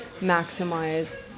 maximize